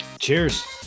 Cheers